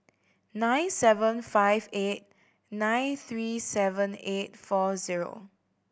nine seven five eight nine three seven eight four zero